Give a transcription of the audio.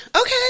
Okay